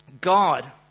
god